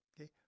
okay